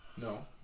No